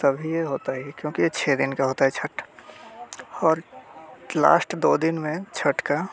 तभी ये होता है क्योंकि ये छः दिन का होता है छठ और लास्ट दो दिन में छठ का